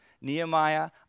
Nehemiah